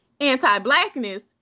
anti-blackness